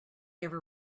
ever